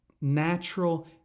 natural